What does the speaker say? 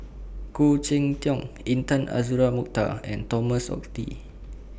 Khoo Cheng Tiong Intan Azura Mokhtar and Thomas Oxley